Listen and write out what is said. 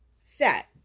set